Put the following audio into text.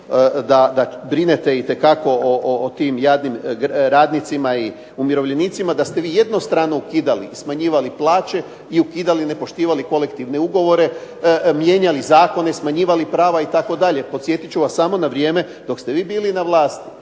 da brinete itekako o tim jadnim radnicima i umirovljenicima, da ste vi jednostrano smanjivali plaće i ukidali i nepoštivali kolektivne ugovore, mijenjali zakone, smanjivali prava itd. podsjetit ću vas na vrijeme dok ste vi bili na vlasti.